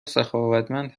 سخاوتمند